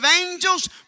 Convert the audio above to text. angels